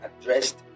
addressed